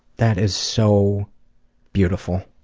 that is so beautiful.